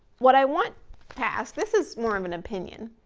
what i want past this is more of an opinion.